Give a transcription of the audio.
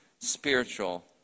spiritual